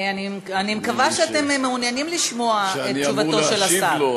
אני מקווה שאתם מעוניינים לשמוע את תשובתו של השר.